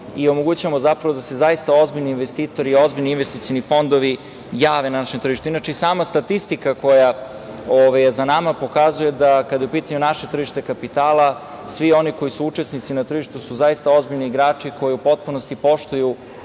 i omogućavamo da se ozbiljnim investitori, ozbiljni investicioni fondovi jave našem tržištu. Sama statistika koja je za nama pokazuje da, kada je u pitanju naše tržište kapitala, svi oni koji su učesnici na tržištu su zaista ozbiljni igrači koji u potpunosti poštuju